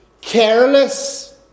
careless